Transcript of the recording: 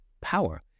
power